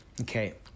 Okay